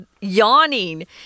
yawning